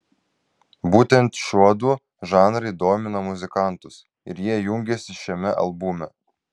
būtent šiuodu žanrai domina muzikantus ir jie jungiasi šiame albume